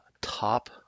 top